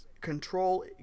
control